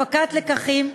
הפקת לקחים,